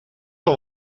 wel